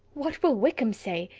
what will wickham say?